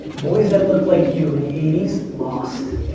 boys that look like you in the eighty s lost.